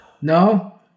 no